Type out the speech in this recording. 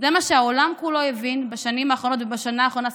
זה מה שהעולם כולו הבין בשנים האחרונות ובשנה האחרונה ספציפית.